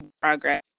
Progress